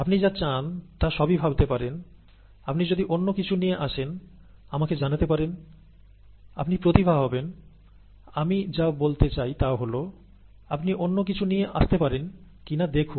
আপনি যা চান তা সবই ভাবতে পারেন আপনি যদি অন্য কিছু নিয়ে আসেন আমাকে জানাতে পারেন আপনার প্রচুর জ্ঞান থাকতে পারে আমি যা বলতে চাই তা হল আপনি অন্য কিছু নিয়ে আসতে পারেন কিনা দেখুন